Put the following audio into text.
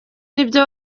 nibyo